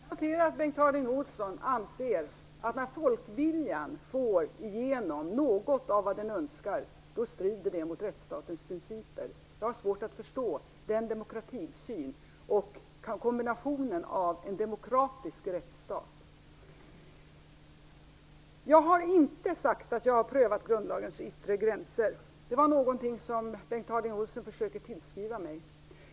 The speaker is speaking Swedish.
Herr talman! Jag noterar att Bengt Harding Olson anser att när folkviljan får igenom något av vad den önskar, strider det mot rättsstatens principer. Jag har svårt att förstå den synen på en demokratisk rättsstat. Jag har inte sagt att jag har prövat grundlagens yttre gränser. Det är något som Bengt Harding Olson försöker tillskriva mig.